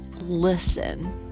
listen